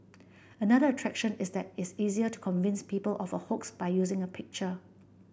another attraction is that it's easier to convince people of a hoax by using a picture